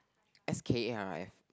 S K A R F